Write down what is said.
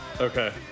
Okay